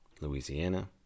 Louisiana